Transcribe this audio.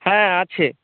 হ্যাঁ আছে